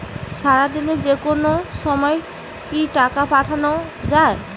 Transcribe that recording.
সারাদিনে যেকোনো সময় কি টাকা পাঠানো য়ায়?